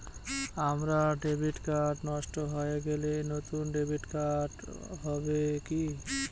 আমার debit card নষ্ট হয়ে গেছে নূতন ডেবিট কার্ড হবে কি?